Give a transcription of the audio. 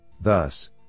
Thus